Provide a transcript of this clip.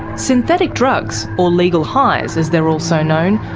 synthetic drugs, or legal highs as they're also known,